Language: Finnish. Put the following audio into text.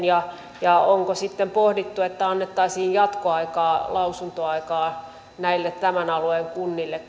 ja ja onko sitten pohdittu että annettaisiin jatkoaikaa lausuntoaikaa tämän alueen kunnille